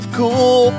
cool